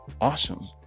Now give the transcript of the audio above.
awesome